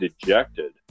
dejected